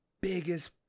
biggest